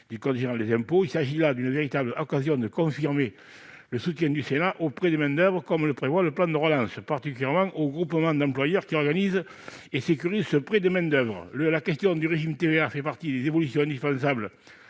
du code général des impôts. Il s'agit là d'une véritable occasion de confirmer le soutien du Sénat au prêt de main-d'oeuvre, comme le prévoit le plan de relance, et particulièrement aux groupements d'employeurs qui organisent et sécurisent ce prêt de main-d'oeuvre. Le changement du régime de TVA fait partie des évolutions indispensables